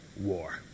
war